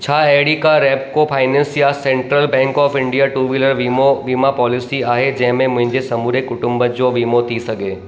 छा अहिड़ी का रेप्को फाइनेंस या central bank of India two wheeler वीमो वीमा पॉलिसी आहे जंहिं में मुंहिंजे समूरे कुटुंब जो वीमो थी सघे